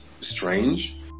strange